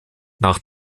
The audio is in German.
nach